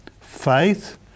faith